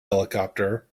helicopter